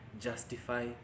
justify